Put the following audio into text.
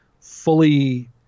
fully